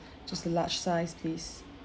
just the large size please